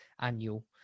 annual